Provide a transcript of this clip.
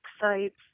sites